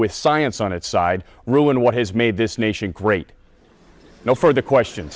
with science on its side ruin what has made this nation great now for the question